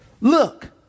Look